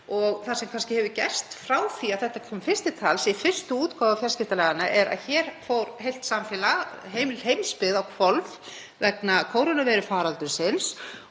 Það sem kannski hefur gerst frá því að þetta kom fyrst til tals í fyrstu útgáfu fjarskiptalaga er að hér fór heilt samfélag og heimsbyggðin á hvolf vegna kórónuveirufaraldursins